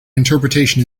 interpretation